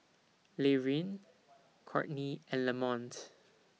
Laverne Courtney and Lamont